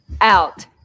out